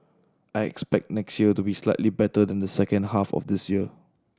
I expect next year to be slightly better than the second half of this year